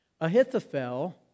Ahithophel